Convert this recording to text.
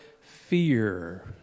fear